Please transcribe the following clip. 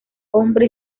hombre